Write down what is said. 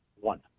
One